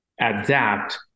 adapt